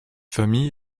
famille